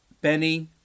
Benny